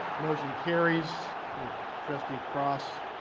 motion carries, with trustee cross